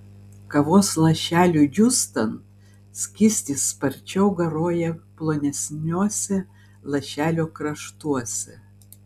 kavos lašeliui džiūstant skystis sparčiau garuoja plonesniuose lašelio kraštuose